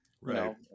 Right